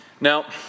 Now